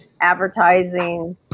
advertising